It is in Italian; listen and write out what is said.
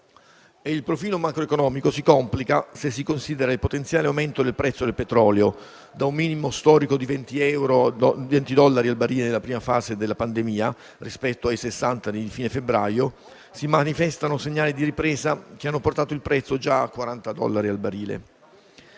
Il profilo macroeconomico si complica se si considera il potenziale aumento del prezzo del petrolio. Da un minimo storico di 20 dollari al barile nella prima fase della pandemia, rispetto ai 60 di fine febbraio, si manifestano segnali di ripresa che hanno portato il prezzo già a 40 dollari al barile.